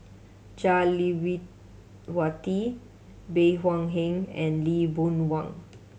Jah Lelawati Bey Hua Heng and Lee Boon Wang